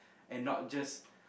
and not just